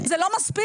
זה לא מספיק.